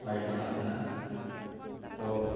ᱚᱱᱟᱜᱮ ᱟᱹᱞᱤᱧᱟᱜ ᱟᱸᱥ ᱢᱮᱱᱟᱜᱼᱟ ᱛᱚ